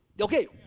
Okay